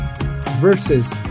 verses